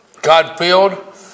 God-filled